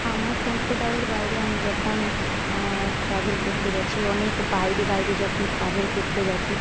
আমার সম্প্রদায়ের বাইরে আমি যখন ট্রাভেল করতে গিয়েছি অনেক বাইরে বাইরে যখন ট্রাভেল করতে গিয়েছি